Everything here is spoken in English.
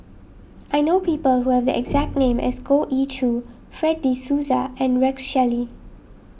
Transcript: I know people who have the exact name as Goh Ee Choo Fred De Souza and Rex Shelley